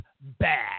bad